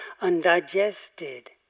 undigested